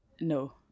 No